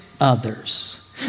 others